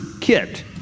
kit